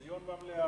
דיון במליאה.